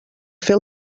fer